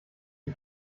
die